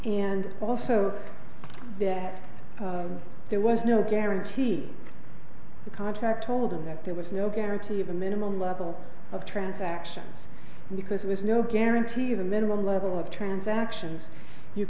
and also that there was no guarantee the contract told them that there was no guarantee of a minimum level of transactions because it was no guarantee of a minimum level of transactions you